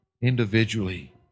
individually